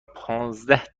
پانزده